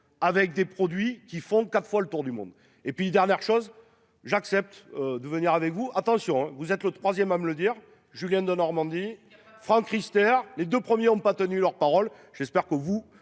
avec des produits qui font 4 fois le tour du monde. Et puis dernière chose, j'accepte de venir avec vous attention vous êtes le 3ème à me le dire. Julien Denormandie Franck Riester. Les 2 premiers ont pas tenu leur parole. J'espère que vous